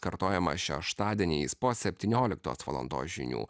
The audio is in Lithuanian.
kartojama šeštadieniais po septynioliktos valandos žinių